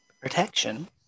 Protection